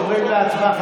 עוברים להצבעה.